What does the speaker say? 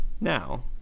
Now